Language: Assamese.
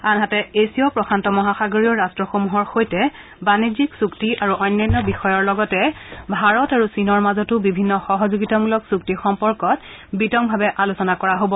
আনহাতে এছীয় প্ৰশান্ত মহাসাগৰীয় ৰষ্ট্ৰসমূহৰ সৈতে বাণিজ্যিক চুক্তি আৰু অন্যান্য বিষয়ৰ লগতে ভাৰত আৰু চীনৰ মাজতো বিভিন্ন সহযোগিতামূলক চুক্তি সম্পৰ্কত বিতংভাৱে আলোচনা কৰা হ'ব